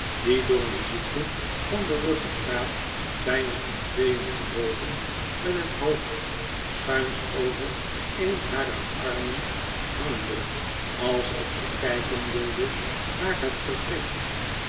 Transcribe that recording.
die door een ziekte van de ruggegraat bijna in tweeen gebogen met het hoofd schuins over een harer armen hangende alsof ze kijken wilde naar het gewricht